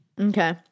okay